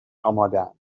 آمادهاند